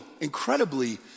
incredibly